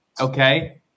Okay